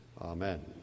Amen